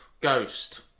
ghost